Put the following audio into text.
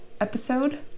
episode